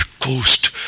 Ghost